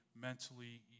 mentally